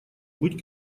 быть